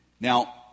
Now